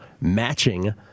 matching